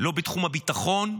לא בתחום הביטחון,